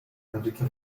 enrique